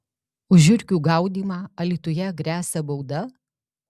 už žiurkių gaudymą alytuje gresia bauda